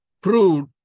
proved